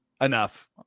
enough